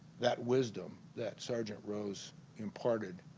that wisdom that sergeant rose imparted